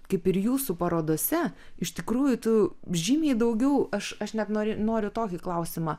kaip ir jūsų parodose iš tikrųjų tu žymiai daugiau aš aš net no noriu tokį klausimą